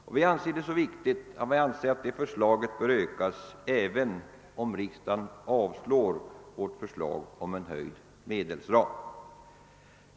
Vi anser detta vara så viktigt att vi anser att det anslaget bör ökas, även om riksdagen avslår vårt förslag om en höjd medelsram.